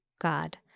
God